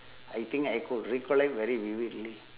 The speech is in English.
I think I could recollect very vividly